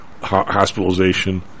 hospitalization